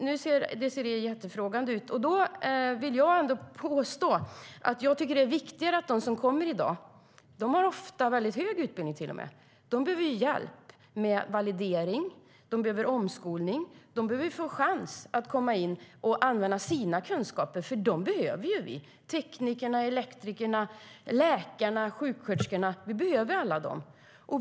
Nu ser Désirée jättefrågande ut. Jag vill påstå att det är viktigare att de som kommer i dag, och som ofta till och med har väldigt hög utbildning, får hjälp med validering och omskolning. De behöver få en chans att använda sina kunskaper, för dem behöver vi. Teknikerna, elektrikerna, läkarna, sjuksköterskorna - vi behöver dem alla.